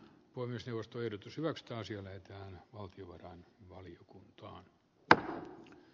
omista ostoyritys nostaa sille että valtio varain valiokuntaan b a